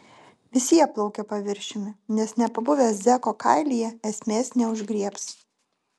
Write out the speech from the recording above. visi jie plaukia paviršiumi nes nepabuvę zeko kailyje esmės neužgriebs